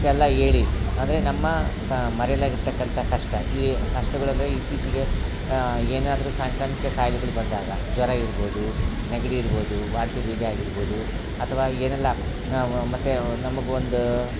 ಇಷ್ಟೆಲ್ಲಾ ಹೇಳಿ ಅಂದರೆ ನಮ್ಮ ಕ ಮರೆಯಲಾಗಿರ್ತಕ್ಕಂಥ ಕಷ್ಟ ಈ ಕಷ್ಟಗಳು ಅಂದರೆ ಇತ್ತೀಚಿಗೆ ಏನಾದರೂ ಸಾಂಕ್ರಾಮಿಕ ಕಾಯಿಲೆಗಳು ಬಂದಾಗ ಜ್ವರ ಇರ್ಬೋದು ನೆಗಡಿ ಇರ್ಬೋದು ವಾಂತಿ ಬೇದಿ ಆಗಿರ್ಬೋದು ಅಥ್ವ ಏನೆಲ್ಲ ನಾವು ಮತ್ತು ನಮ್ಗ ಒಂದು